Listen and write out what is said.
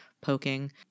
poking